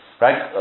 Right